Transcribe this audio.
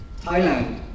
Thailand